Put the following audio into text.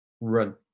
Run